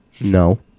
No